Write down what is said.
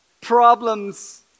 Problems